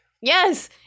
yes